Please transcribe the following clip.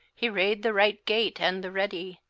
he rade the right gate and the ready',